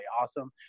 awesome